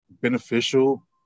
beneficial